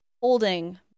holding